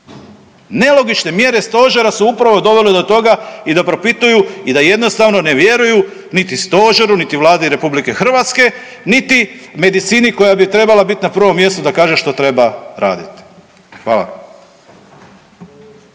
Nelogične mjere stožera su upravo dovele do toga i da propituju i da jednostavno ne vjeruju niti stožeru, niti Vladi RH, niti medicini koja bi trebala biti na prvom mjestu da kaže što treba raditi. Hvala.